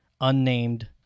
unnamed